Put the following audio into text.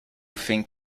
think